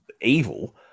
evil